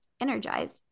Energize